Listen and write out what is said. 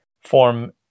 form